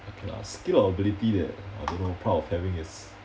okay lah skill or ability that I don't know proud of having is